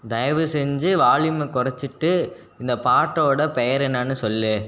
தயவு செஞ்சு வால்யூமை குறைச்சிட்டு இந்த பாட்டோட பெயர் என்னெனு சொல்